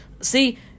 See